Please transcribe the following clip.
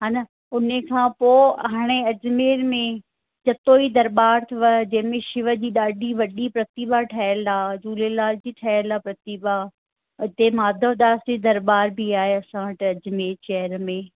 हे न उन्हीअ खां पोइ हाणे अजमेर में जतोई दरबार अथव जंहिंमें शिव जी ॾाढी वॾी प्रतिभा ठहियल आहे झूलेलाल जी ठहियल आहे प्रतिभा हुते माधवदास जी दरबार बि आहे असां वटि अजमेर शहर में